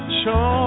show